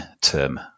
term